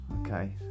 okay